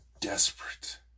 desperate